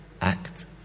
act